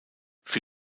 für